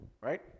right